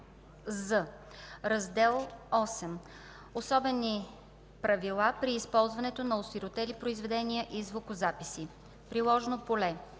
„Раздел VIII Особени правила при използването на осиротели произведения и звукозаписи Приложно поле